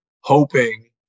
hoping